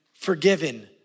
Forgiven